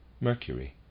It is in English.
Mercury